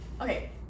okay